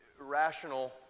rational